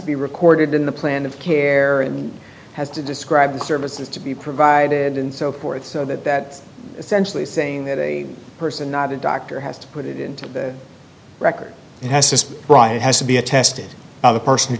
to be recorded in the plan of care and has to describe the services to be provided and so forth so that that essentially saying that a person not a doctor has to put it into the record and has to write it has to be attested by the person who